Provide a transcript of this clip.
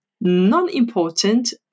non-important